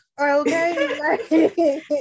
okay